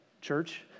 church